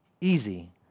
easy